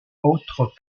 autre